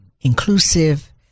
inclusive